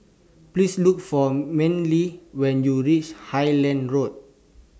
Please Look For Manly when YOU REACH Highland Road